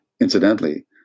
incidentally